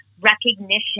recognition